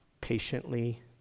patiently